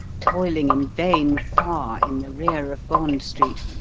toiling in vain far in the rear of bond street,